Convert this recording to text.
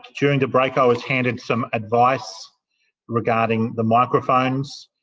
during the break i was handed some advice regarding the microphones.